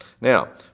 Now